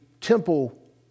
temple